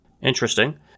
Interesting